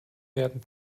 werden